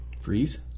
freeze